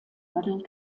model